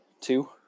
two